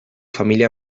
familia